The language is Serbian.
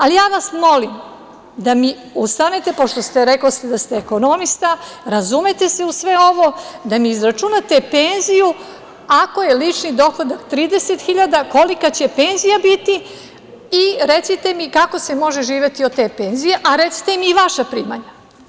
Molim vas da ustanete, pošto rekoste da ste ekonomista, razumete se u sve ovo, da mi izračunate penziju ako je lični dohodak 30 hiljada, kolika će penzija biti i recite mi kako se može živeti od te penzije, a recite mi i vaša primanja.